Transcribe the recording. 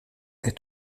est